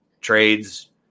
trades